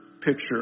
picture